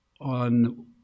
on